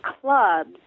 clubs